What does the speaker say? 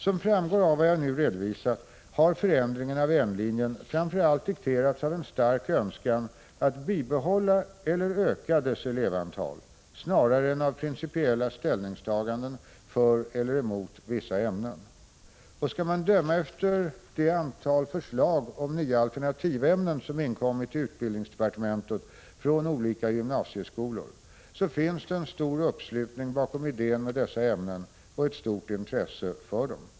Som framgår av vad jag nu redovisat har förändringen av N-linjen framför allt dikterats av en stark önskan att bibehålla eller öka dess elevantal snarare än av principiella ställningstaganden för eller emot vissa ämnen. Och skall man döma efter det antal förslag om nya alternativämnen som inkommit till utbildningsdepartementet från olika gymnasieskolor, så finns det en stor uppslutning bakom idén med dessa ämnen och ett stort intresse för dem.